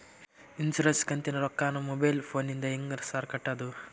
Insurance ಕಂತಿನ ರೊಕ್ಕನಾ mobile ಫೋನಿಂದ ಹೆಂಗ್ ಸಾರ್ ಕಟ್ಟದು?